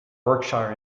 berkshire